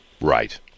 Right